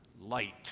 light